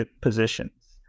positions